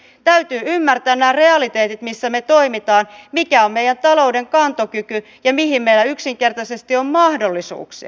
täytyy ymmärtää nämä realiteetit missä me toimimme mikä on meidän talouden kantokyky ja mihin meillä yksinkertaisesti on mahdollisuuksia